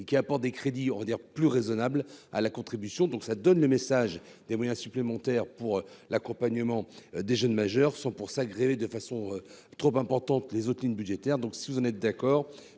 et qui apporte des crédits, on va dire plus raisonnables à la contribution, donc ça donne le message des moyens supplémentaires pour l'accompagnement des jeunes majeurs sont pour s'aggraver de façon trop importante, les hotlines budgétaires, donc si vous en êtes d'accord,